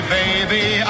baby